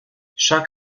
chaque